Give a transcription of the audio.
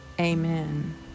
Amen